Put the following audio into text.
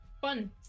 Fun